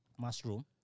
mushroom